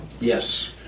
Yes